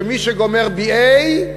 שמי שגומר BA,